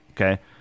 Okay